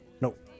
Nope